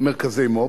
מרכזי מו"פ,